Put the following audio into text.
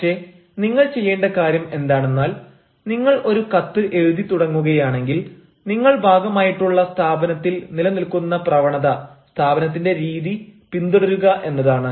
പക്ഷേ നിങ്ങൾ ചെയ്യേണ്ട കാര്യം എന്താണെന്നാൽ നിങ്ങൾ ഒരു കത്ത് എഴുതി തുടങ്ങുകയാണെങ്കിൽ നിങ്ങൾ ഭാഗമായിട്ടുള്ള സ്ഥാപനത്തിൽ നിലനിൽക്കുന്ന പ്രവണത സ്ഥാപനത്തിന്റെ രീതി പിന്തുടരുക എന്നതാണ്